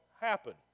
happen